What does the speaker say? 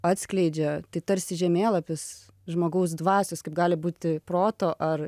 atskleidžia tai tarsi žemėlapis žmogaus dvasios kaip gali būti proto ar